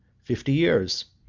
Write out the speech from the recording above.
fifty years.